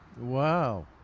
wow